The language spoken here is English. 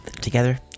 together